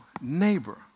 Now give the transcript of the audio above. neighbor